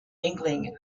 inkling